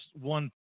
one